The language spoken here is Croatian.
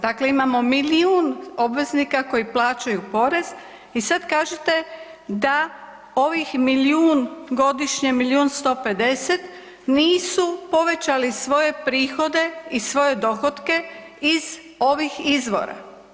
Dakle, imamo milijun obveznika koji plaćaju porez i sada kažite da ovih milijun godišnje, milijun 150 nisu povećali svoje prihode i svoje dohotke iz ovih izvora.